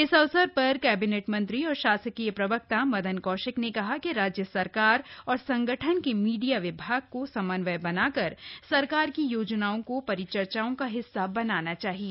इस अवसर पर कैबिनेट मंत्री और शासकीय प्रवक्ता मदन कौशिक ने कहा कि राज्य सरकार और संगठन के मीडिया विभाग को समन्वय बनाकर सरकार की योजनाओं को परिचर्चाओं का हिस्सा बनाना चाहिए